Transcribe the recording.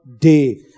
day